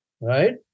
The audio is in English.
right